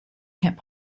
hip